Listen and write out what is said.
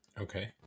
Okay